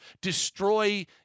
destroy